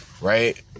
right